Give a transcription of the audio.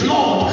Lord